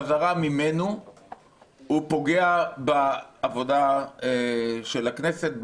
חזרה ממנו פוגעת בעבודת הכנסת,